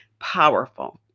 powerful